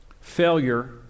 Failure